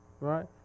right